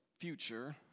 future